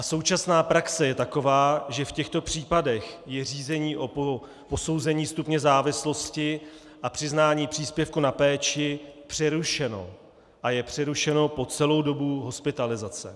Současná praxe je taková, že v těchto případech je řízení o posouzení stupně závislosti a přiznání příspěvku na péči přerušeno a je přerušeno po celou dobu hospitalizace.